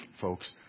folks